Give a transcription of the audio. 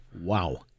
wow